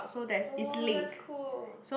oh that's cool